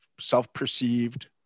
self-perceived